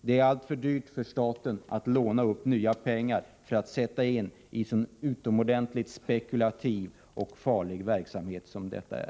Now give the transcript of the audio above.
Det är alltför dyrt för staten att låna upp nya pengar för att sätta in i en sådan utomordentligt spekulativ och farlig verksamhet som detta är.